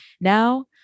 Now